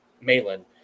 Malin